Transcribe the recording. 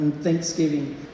thanksgiving